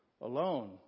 alone